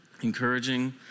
encouraging